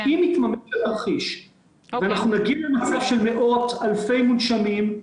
אם חלילה יתממש התרחיש ואנחנו נגיע למצב של מאות ואלפי מונשמים,